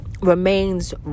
remains